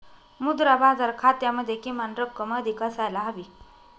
मुद्रा बाजार खात्यामध्ये किमान रक्कम अधिक असायला हवी